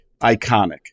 iconic